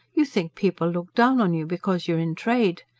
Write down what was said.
you think people look down on you, because you're in trade.